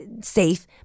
safe